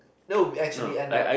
no we actually end up